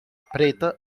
preta